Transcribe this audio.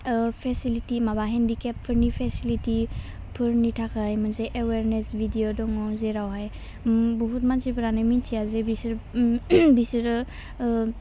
facility माबा हेन्डिकेपफोरनि फिसिलिटिफोरनि थाखाय मोनसे एवेरनेस्ट भिडिअ दङ जेरावहाय बुहुत मानसिफ्रानो मिथिया जे बिसोर ओं बिसोरो